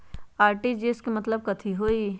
RTGS के मतलब कथी होइ?